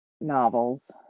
novels